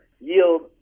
yield